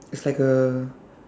it's like a